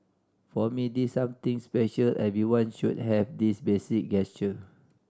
for me this something special everyone should have this basic gesture